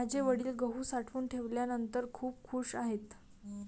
माझे वडील गहू साठवून ठेवल्यानंतर खूप खूश आहेत